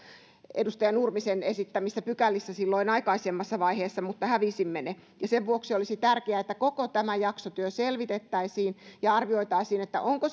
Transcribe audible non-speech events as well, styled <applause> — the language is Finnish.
edustaja nurmisen esittämissä pykälissä silloin aikaisemmassa vaiheessa mutta hävisimme ne ja sen vuoksi olisi tärkeää että koko tämä jaksotyö selvitettäisiin ja arvioitaisiin onko <unintelligible>